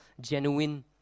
genuine